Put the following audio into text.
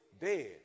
dead